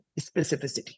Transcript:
specificity